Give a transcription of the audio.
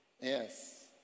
Yes